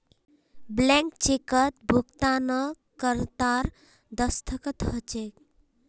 blank चेकत भुगतानकर्तार दस्तख्त ह छेक